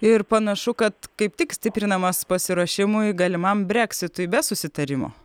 ir panašu kad kaip tik stiprinamas pasiruošimui galimam breksitui be susitarimo